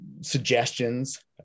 suggestions